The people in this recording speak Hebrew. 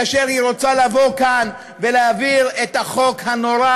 כאשר היא רוצה להעביר כאן את החוק הנורא